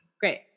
Great